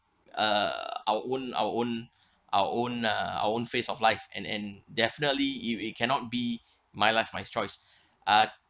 err our own our own our own uh our own face of life and and definitely if it cannot be my life my choice uh